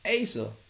Asa